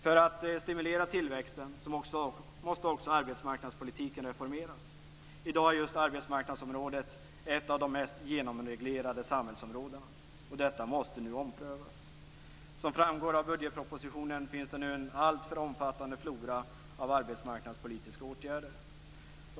För att stimulera tillväxten måste också arbetsmarknadspolitiken reformeras. I dag är just arbetsmarknadsområdet ett av de mest genomreglerade samhällsområdena. Detta måste nu omprövas. Som framgår av budgetpropositionen finns det nu en alltför omfattande flora av arbetsmarknadspolitiska åtgärder.